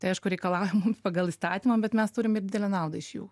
tai aišku reikalavimu pagal įstatymą bet mes turim ir didelę naudą iš jų